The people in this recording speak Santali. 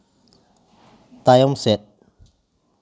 ᱛᱟᱭᱚᱢ ᱥᱮᱫ